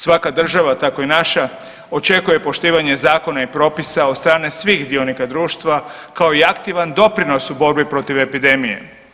Svaka država, tako i naša očekuje poštivanje zakona i propisa od strane svih dionika društva kao i aktivan doprinos u borbi protiv epidemije.